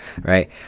right